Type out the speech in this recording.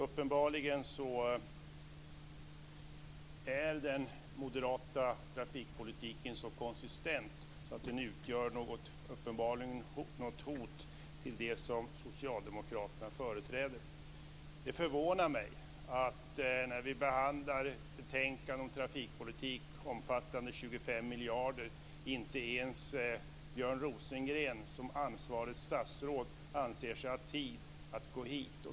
Uppenbarligen är den moderata trafikpolitiken så konsistent att den utgör ett hot mot det som socialdemokraterna företräder. Det förvånar mig att när vi behandlar ett betänkande om trafikpolitik omfattande 25 miljarder, så anser sig Björn Rosengren som ansvarigt statsråd inte ha tid att komma hit.